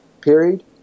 period